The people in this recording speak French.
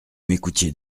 m’écoutiez